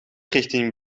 richting